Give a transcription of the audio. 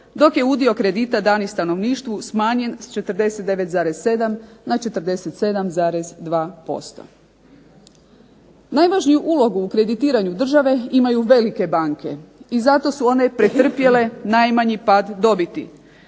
dok je udio kredita danih stanovništvu smanjen s 49,7 na 47,2%. Najvažniju ulogu u kreditiranju države imaju velike banke i zato su one pretrpjele najmanji pad dobiti.